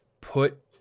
put